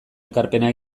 ekarpena